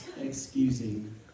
excusing